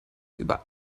über